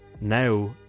now